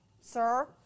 Sir